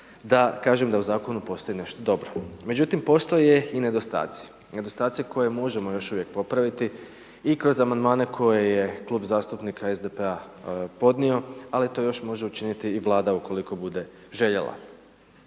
da kažem da u Zakonu postoji nešto dobro. Međutim, postoje i nedostaci. Nedostaci koje možemo još uvijek popraviti i kroz amandmane koje je Klub zastupnika SDP-a podnio, ali eto još može učiniti i Vlada, ukoliko bude željela.